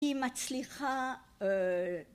היא מצליחה